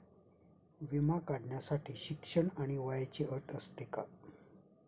विमा काढण्यासाठी शिक्षण आणि वयाची अट असते का?